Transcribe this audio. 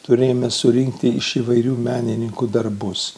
turėjome surinkti iš įvairių menininkų darbus